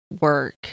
work